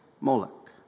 Moloch